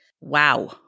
Wow